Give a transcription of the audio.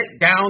down